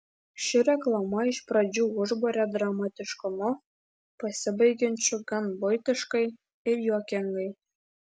ši reklama iš pradžių užburia dramatiškumu pasibaigiančiu gan buitiškai ir juokingai